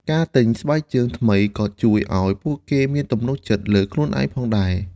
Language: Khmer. ការទិញស្បែកជើងថ្មីក៏ជួយឱ្យពួកគេមានទំនុកចិត្តលើខ្លួនឯងផងដែរ។